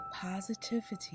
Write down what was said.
positivity